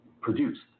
produced